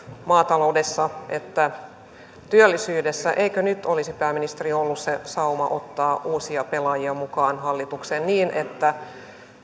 maataloudessa että työllisyydessä olisi pääministeri ollut se sauma ottaa uusia pelaajia mukaan hallitukseen niin että